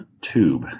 tube